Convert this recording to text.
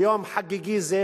ביום חגיגי זה,